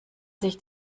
sich